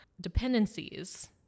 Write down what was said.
dependencies